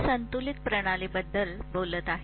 मी संतुलित प्रणालीबद्दल बोलत आहे